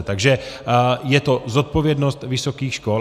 Takže je to zodpovědnost vysokých škol.